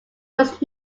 was